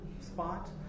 spot